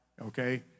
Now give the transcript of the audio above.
okay